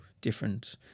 different